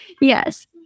yes